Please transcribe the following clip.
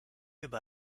über